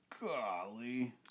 Golly